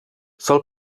sol